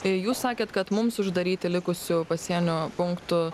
tai jūs sakėt kad mums uždaryti likusių pasienio punktų